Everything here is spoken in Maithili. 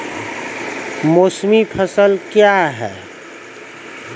मौसमी फसल क्या हैं?